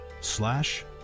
slash